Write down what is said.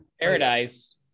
Paradise